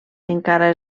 encara